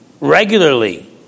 regularly